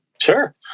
Sure